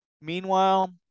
meanwhile